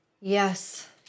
Yes